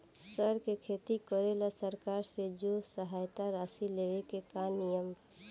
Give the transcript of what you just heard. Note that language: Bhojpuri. सर के खेती करेला सरकार से जो सहायता राशि लेवे के का नियम बा?